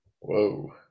Whoa